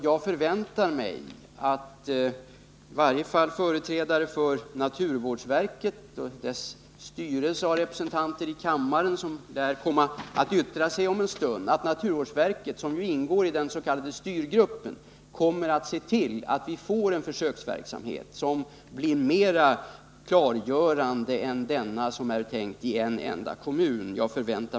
Jag förväntar mig verkligen att i varje fall företrädare för naturvårdsverket, som ju ingår i den s.k. styrgruppen, och dess styrelse — en representant finns ju här i kammaren och kommer väl att yttra sig om en stund — ser till att vi får en försöksverksamhet som blir mera klargörande än den som nu är tänkt att genomföras i en enda kommun.